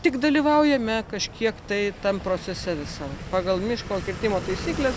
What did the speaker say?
tik dalyvaujame kažkiek tai tam procese visam pagal miško kirtimo taisykles